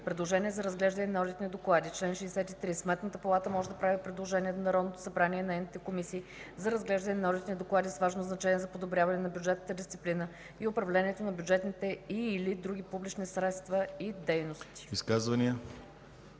„Предложения за разглеждане на одитни доклади Чл. 63. Сметната палата може да прави предложения до Народното събрание и нейните комисии за разглеждане на одитни доклади с важно значение за подобряване на бюджетната дисциплина и управлението на бюджетните и/или другите публични средства и дейности.”